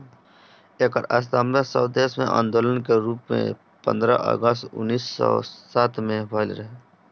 एकर स्थापना स्वदेशी आन्दोलन के रूप में पन्द्रह अगस्त उन्नीस सौ सात में भइल रहे